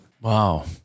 Wow